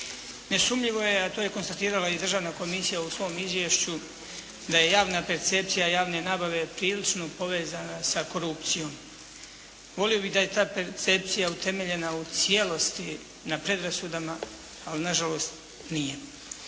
Nesumnjivo je, a to je konstatirala i Državna komisija u svom izvješću da je javna percepcija javne nabave prilično povezana sa korupcijom. Volio bih da je ta percepcija utemeljena u cijelosti na predrasudama, ali na žalost nije.